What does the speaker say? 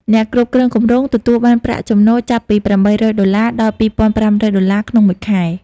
អ្នកគ្រប់គ្រងគម្រោងទទួលបានប្រាក់ចំណូលចាប់ពី ៨០០ ដុល្លារ ដល់ ២,៥០០ ដុល្លារ ក្នុងមួយខែ។